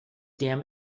damn